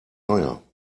teuer